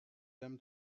them